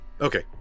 Okay